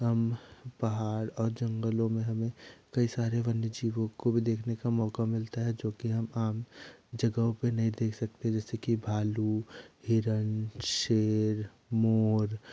हम पहाड़ और जंगलों में हमें कई सारे वन्यजीवों को भी देखने का मौका मिलता है जो कि हम आम जगहों पे नहीं देखा सकते हैं जैसे कि भालू हिरण शेर मोर